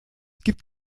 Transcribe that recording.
gibt